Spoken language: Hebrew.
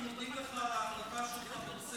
אנחנו מודים לך על ההחלטה שלך בנושא